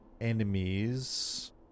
enemies